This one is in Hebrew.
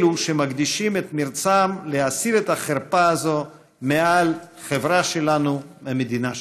אלו שמקדישים את מרצם להסיר את החרפה הזאת מעל החברה שלנו והמדינה שלנו.